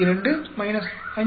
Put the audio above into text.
2 5